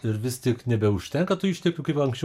ir vis tik nebeužtenka tų išteklių kaip anksčiau